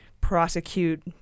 prosecute